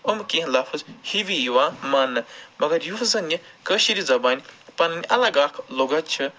یِم کیٚنہہ لَفظ ہِوی یِوان ماننہٕ مَگر یُس زَن یہِ کٲشِر زَبانہِ پَنٕنی اَلگ اکھ لُغت چھِ